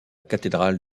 cathédrale